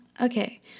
Okay